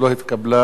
ההסתייגות